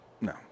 No